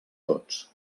tots